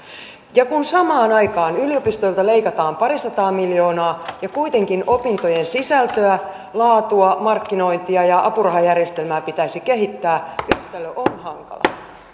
ja kun samaan aikaan yliopistoilta leikataan pari sataa miljoonaa ja kuitenkin opintojen sisältöä laatua markkinointia ja apurahajärjestelmää pitäisi kehittää yhtälö on hankala